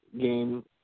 game